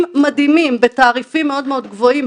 מדהימים בתעריפים מאוד מאוד גבוהים,